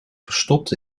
verstopt